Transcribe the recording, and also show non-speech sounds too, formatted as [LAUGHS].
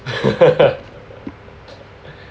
[LAUGHS]